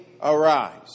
arise